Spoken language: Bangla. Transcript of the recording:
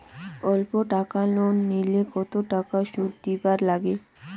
অল্প টাকা লোন নিলে কতো টাকা শুধ দিবার লাগে?